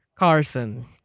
carson